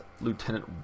Lieutenant